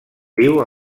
viu